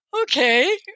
okay